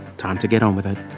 time to get on with it.